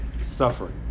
suffering